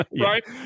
Right